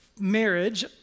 marriage